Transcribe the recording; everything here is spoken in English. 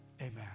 Amen